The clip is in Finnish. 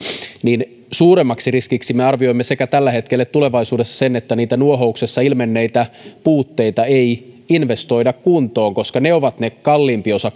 mutta suuremmaksi riskiksi me arvioimme sekä tällä hetkellä että tulevaisuudessa sen että niitä nuohouksessa ilmenneitä puutteita ei investoida kuntoon koska ne ovat se kalliimpi osa